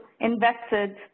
invested